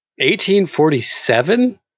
1847